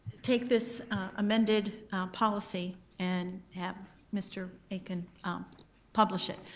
take this amended policy and have mr. akin um publish it,